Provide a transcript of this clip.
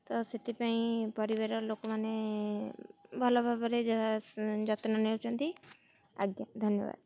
ତ ସେଥିପାଇଁ ପରିବାର ଲୋକମାନେ ଭଲ ଭାବରେ ଯତ୍ନ ନେଉଛନ୍ତି ଆଜ୍ଞା ଧନ୍ୟବାଦ